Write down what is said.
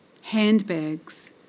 handbags